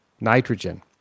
nitrogen